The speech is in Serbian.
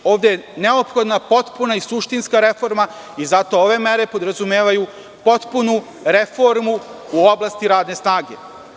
Ovde je neophodna potpuna i suštinska reforma i zato ove mere podrazumevaju potpunu reformu u oblasti radne snage.